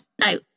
No